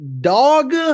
dog